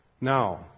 Now